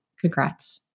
Congrats